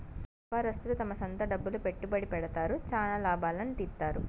వ్యాపారస్తులు తమ సొంత డబ్బులు పెట్టుబడి పెడతారు, చానా లాభాల్ని తీత్తారు